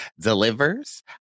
delivers